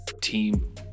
team